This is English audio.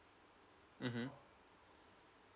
mmhmm